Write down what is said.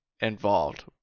involved